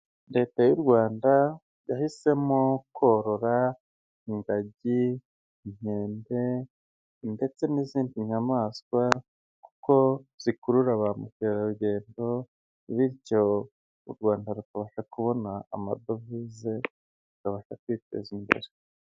Leta y'u Rwanda yahisemo korora ingagi, inkende ndetse n'izindi nyamaswa kuko zikurura ba mukerarugendo, bityo u Rwanda rukabasha kubona amadovize rukabasha kwiteza imbere.